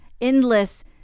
endless